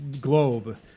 globe